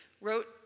wrote